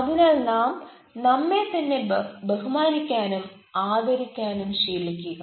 അതിനാൽ നാം നമ്മെ തന്നെ ബഹുമാനിക്കാനും ആദരിക്കാനും ശീലിക്കുക